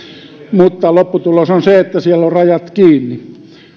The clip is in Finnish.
mutta lopputulos on se että siellä on rajat kiinni